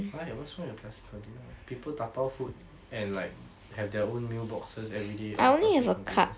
why what's wrong with plastic container people dabao food and like have their own meal boxes everyday on plastic containers